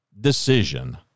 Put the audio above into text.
decision